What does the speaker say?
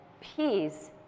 peace